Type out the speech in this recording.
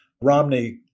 Romney